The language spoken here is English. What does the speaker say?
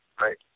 right